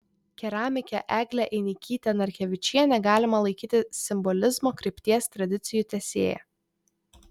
keramikę eglę einikytę narkevičienę galima laikyti simbolizmo krypties tradicijų tęsėja